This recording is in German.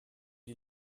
die